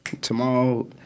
tomorrow